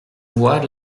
voix